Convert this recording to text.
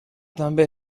també